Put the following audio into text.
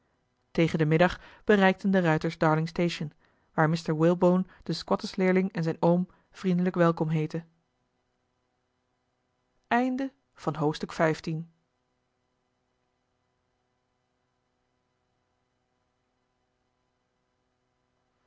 tegen den middag bereikten de ruiters darlingstation waar mr walebone den squattersleerling en zijn oom vriendelijk welkom heette